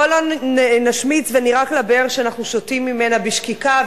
בוא לא נשמיץ ונירק לבאר שאנחנו שותים ממנה בשקיקה.